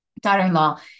daughter-in-law